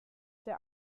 der